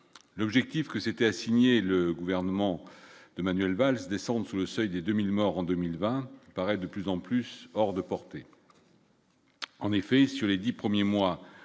l'objectif que s'était assigné le gouvernement de Manuel Valls descendre sous le seuil des 2000 morts en 2020 paraît de plus en plus hors de portée. En effet, sur les 10 premiers mois